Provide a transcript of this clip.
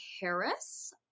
Harris